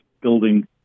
building